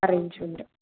arrangement